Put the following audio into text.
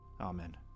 Amen